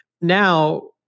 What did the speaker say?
Now